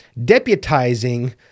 deputizing